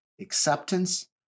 acceptance